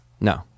no